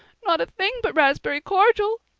not a thing but raspberry cordial,